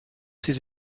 ses